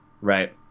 Right